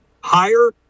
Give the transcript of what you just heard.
higher